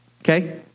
okay